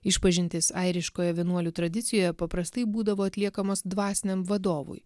išpažintis airiškoje vienuolių tradicijoje paprastai būdavo atliekamas dvasiniam vadovui